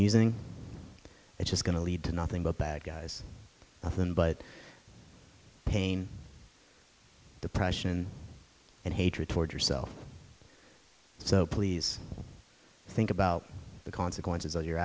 using it's just going to lead to nothing but bad guys nothing but pain depression and hatred toward yourself so please think about the consequences of your